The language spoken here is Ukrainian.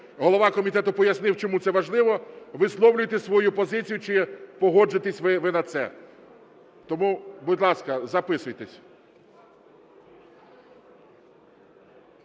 голова комітету пояснив, чому це важливо, висловлюйте свою позицію, чи погодитесь ви на це. Тому, будь ласка, записуйтесь.